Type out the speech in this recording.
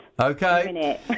Okay